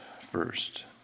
first